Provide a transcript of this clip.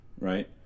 Right